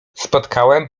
spotkałem